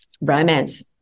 romance